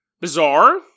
bizarre